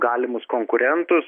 galimus konkurentus